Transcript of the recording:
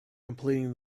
completing